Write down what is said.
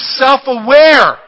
self-aware